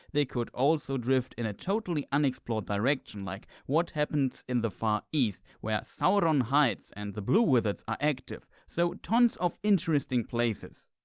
they could also drift into a totally unexplored direction, like what happens in the far east, where sauron hides and the blue wizards are active. so tons of interesting places.